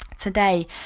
Today